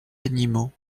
animaux